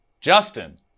Justin